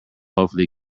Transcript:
hopefully